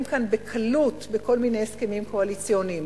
כאן בקלות בכל מיני הסכמים קואליציוניים.